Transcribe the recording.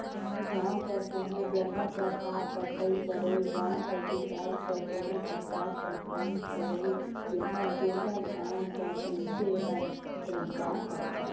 गाँव कर कोनो जगहा कर साफ सफई करई, गाँव कर बिकास बर कोनो परकार कर काम करई जेम्हां गोटा गाँव कर मइनसे हर श्रमदान करथे